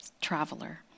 traveler